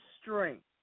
strength